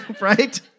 Right